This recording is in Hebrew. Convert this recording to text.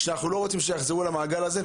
שאנחנו לא רוצים שיחזרו למעגל הזה.